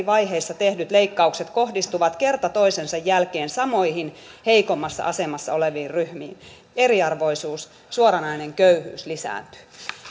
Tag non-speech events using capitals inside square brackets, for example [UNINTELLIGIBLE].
[UNINTELLIGIBLE] vaiheissa tehdyt leikkaukset kohdistuvat kerta toisensa jälkeen samoihin heikommassa asemassa oleviin ryhmiin eriarvoisuus suoranainen köyhyys lisääntyy